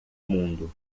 mundo